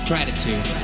gratitude